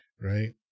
right